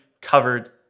covered